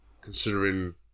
considering